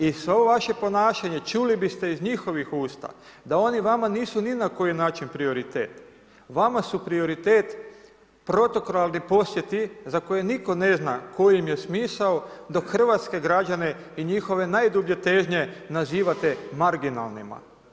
I svo ovo vaše ponašanje, čuli biste iz njihovih usta da oni vama nisu ni na koji način prioritet, vama su prioritet protokolarni posjeti za koje nitko ne zna koji im je smisao dok hrvatske građane i njihove najdublje težnje nazivate marginalnima.